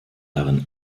darin